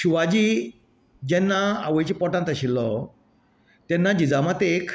शिवाजी जेन्ना आवयच्या पोटांत आशिल्लो तेन्ना जिजा मातेक